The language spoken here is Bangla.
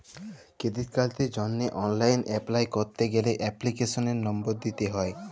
ক্রেডিট কার্ডের জন্হে অনলাইল এপলাই ক্যরতে গ্যালে এপ্লিকেশনের লম্বর দিত্যে হ্যয়